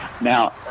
Now